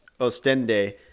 Ostende